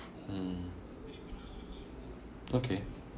mm okay